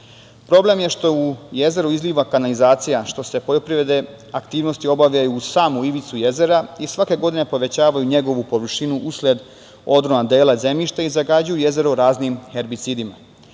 Problem je što se u jezeru izliva kanalizacija, što se poljoprivredne aktivnosti obavljaju uz samu ivicu jezera i svake godine povećavaju njegovu površinu usled odrona dela zemljišta i zagađuju jezero raznim herbicidima.